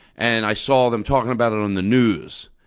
and i saw them talking about it on the news.